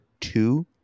two